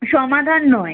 সমাধান নয়